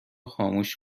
خاموش